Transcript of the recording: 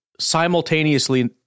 Simultaneously